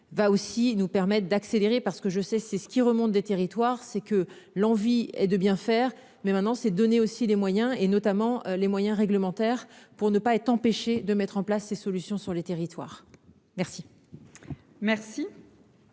va aussi nous permettre d'accélérer parce que je sais c'est ce qui remonte des territoires c'est que l'envie de bien faire mais maintenant c'est donner aussi les moyens et notamment les moyens réglementaires pour ne pas être empêché de mettre en place ces solutions sur les territoires. Merci.